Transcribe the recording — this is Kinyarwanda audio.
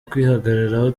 kwihagararaho